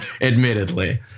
admittedly